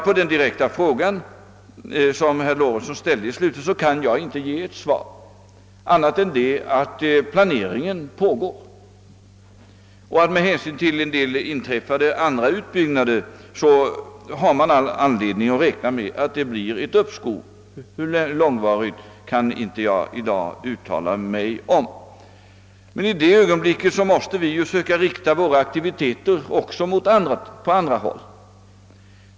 På den direkta fråga som herr Lorentzon ställde i slutet av sitt anförande kan jag inte ge något annat svar än att planeringen pågår, och med hänsyn till en del andra utbyggnader har vi anledning räkna med att det blir ett uppskov. Hur långvarigt det uppskovet blir kan jag inte i dag uttala mig om. Men i den situationen måste vi rikta våra aktiviteter också mot andra håll.